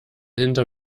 hinter